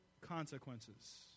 consequences